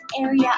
area